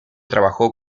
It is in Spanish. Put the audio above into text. trabajó